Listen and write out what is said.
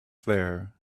there